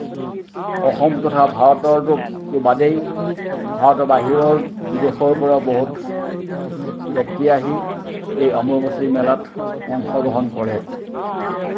অসম তথা ভাৰতৰতো বাদেই ভাৰতৰ বাহিৰৰ বিদেশৰ পৰাও বহুত ব্যক্তি আহি এই অম্বুবাচী মেলাত অংশগ্ৰহণ কৰে